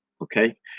Okay